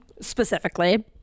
specifically